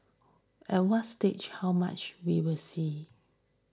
at what stage how much we will see